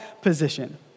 position